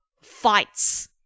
fights